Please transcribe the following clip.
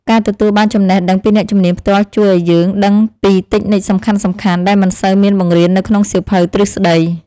ការទទួលបានចំណេះដឹងពីអ្នកជំនាញផ្ទាល់ជួយឱ្យយើងដឹងពីតិចនិកសំខាន់ៗដែលមិនសូវមានបង្រៀននៅក្នុងសៀវភៅទ្រឹស្តី។